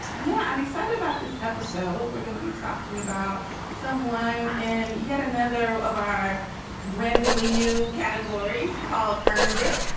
yeah. i'm excited about this episode we're gonna be talking about someone in yet another of our randomly new categories called earned it.